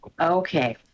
okay